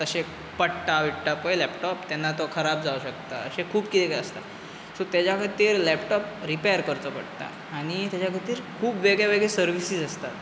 तशे पडटा विडटा पय लॅपटॉप तेन्ना तो खराब जावंक शकता अशें खूब कितें कितें आसता सो तेज्या खातीर लॅपटॉप रिपॅर करचो पडटा आनी तेज्या खातीर खूब वेगळे वेगळे सर्विसीस आसतात